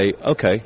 Okay